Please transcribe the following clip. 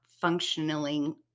functioning